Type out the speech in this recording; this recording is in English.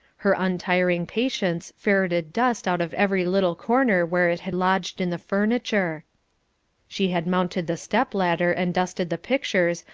her untiring patience ferreted dust out of every little corner where it had lodged in the furniture she had mounted the step-ladder and dusted the pictures,